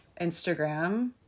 Instagram